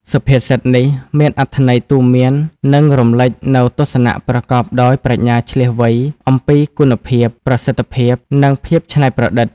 សុភាសិតនេះ មានអត្ថន័យទូន្មាន និងរំលេចនូវទស្សនៈប្រកបដោយប្រាជ្ញាឈ្លាសវៃ អំពីគុណភាព ប្រសិទ្ធភាព និងភាពច្នៃប្រឌិត។